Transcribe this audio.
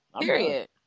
Period